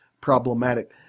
problematic